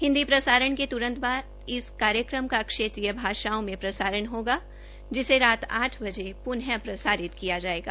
हिन्दी प्रसारण के तुरंत बाद इस कार्यक्रम का क्षेत्रीय भाषाओं में प्रसारण होगा जिसे राज आठ बजे पुनः प्रसारित किया जायेगा